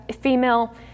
female